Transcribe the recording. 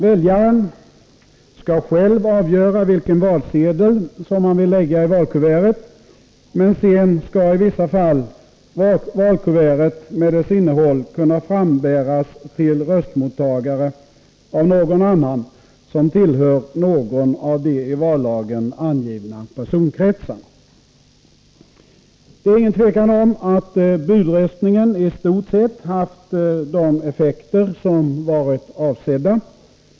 Väljaren skall själv avgöra vilken valsedel som han vill lägga i valkuvertet, men sedan skall i vissa fall valkuvertet med dess innehåll kunna frambäras till röstmottagaren av någon annan som tillhör någon av de i vallagen angivna personkretsarna. Det är ingen tvekan om att budröstningen i stort sett haft de effekter som varit avsedda.